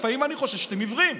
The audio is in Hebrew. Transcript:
לפעמים אני חושב שאתם עיוורים.